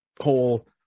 whole